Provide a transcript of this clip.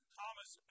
Thomas